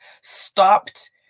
stopped